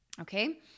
Okay